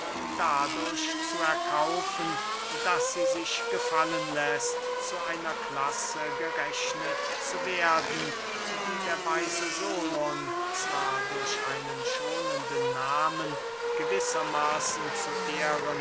dadurch zu erkaufen daß sie sich gefallen läßt zu einer klasse gerechnet zu werden die der weise solon zwar durch einen schonenden nahmen gewisser maßen zu